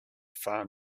farm